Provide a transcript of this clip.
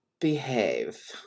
behave